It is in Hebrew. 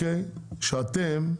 שאתם,